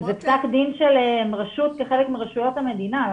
זה פסק דין של רשות כחלק מרשויות המדינה,